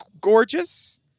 gorgeous